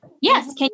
yes